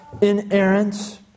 inerrant